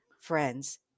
friends